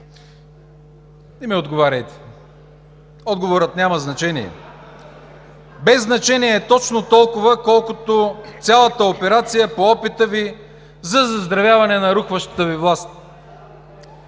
Не ми отговаряйте. Отговорът няма значение. Без значение е точно толкова, колкото цялата операция по опита Ви за заздравяване на рухващата Ви власт.